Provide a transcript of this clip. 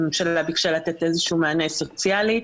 הממשלה ביקשה לתת מענה סוציאלי,